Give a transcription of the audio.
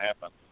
happen